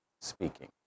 speaking